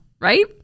right